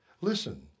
Listen